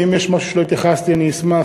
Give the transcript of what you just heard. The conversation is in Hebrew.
ואם יש משהו שלא התייחסתי אליו אני אשמח,